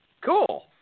cool